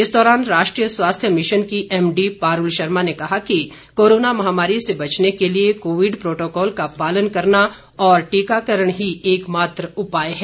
इस दौरान राष्ट्रीय स्वास्थ्य मिशन की एमडी पारूल शर्मा ने कहा कि कोरोना महामारी से बचने के लिए कोविड प्रोटोकॉल का पालन करना और टीकाकरण ही एकमात्र उपाय है